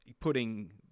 putting